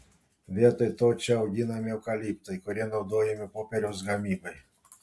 vietoj to čia auginami eukaliptai kurie naudojami popieriaus gamybai